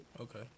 Okay